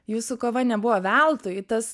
jūsų kova nebuvo veltui tas